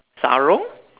sarung